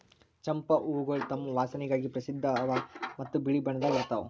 ಚಂಪಾ ಹೂವುಗೊಳ್ ತಮ್ ವಾಸನೆಗಾಗಿ ಪ್ರಸಿದ್ಧ ಅವಾ ಮತ್ತ ಬಿಳಿ ಬಣ್ಣದಾಗ್ ಇರ್ತಾವ್